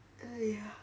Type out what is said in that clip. !aiya!